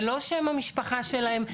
זה לא שהם המשפחה שלהם.